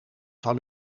van